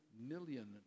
million